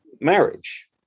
marriage